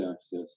access